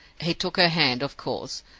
he took her hand, of course,